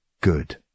good